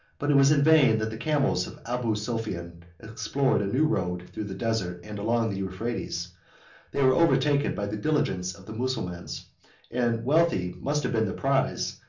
but it was in vain that the camels of abu sophian explored a new road through the desert and along the euphrates they were overtaken by the diligence of the mussulmans and wealthy must have been the prize,